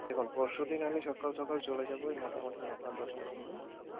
দেখুন পরশুদিন আমি সকাল সকাল চলে যাবো ওই মোটামুটি নটা দশটার সময়